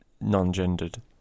non-gendered